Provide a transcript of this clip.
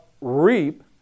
reap